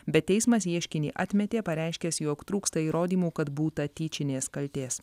bet teismas ieškinį atmetė pareiškęs jog trūksta įrodymų kad būta tyčinės kaltės